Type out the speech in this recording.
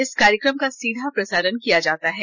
इस कार्यक्रम का सीधा प्रसारण किया जाता है